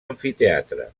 amfiteatre